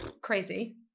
Crazy